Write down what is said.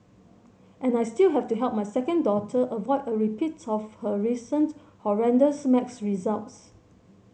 and I still have to help my second daughter avoid a repeat of her recent horrendous maths results